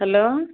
hello